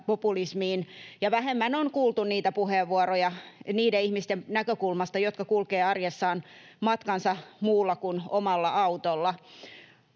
bensapopulismiin, ja vähemmän on kuultu puheenvuoroja niiden ihmisten näkökulmasta, jotka kulkevat arjessaan matkansa muulla kuin omalla autolla.